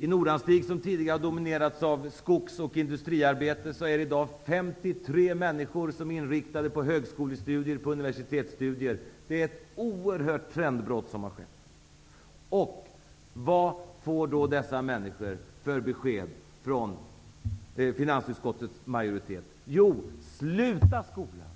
I Nordanstig, som tidigare dominerades av skogsoch industriarbete, är i dag 53 människor inriktade på högskole och universitetsstudier. Ett oerhört stort trendbrott har skett. Men vilket besked får då dessa människor från finansutskottets majoritet? Jo, de får beskedet: Sluta i skolan,